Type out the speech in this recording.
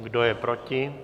Kdo je proti?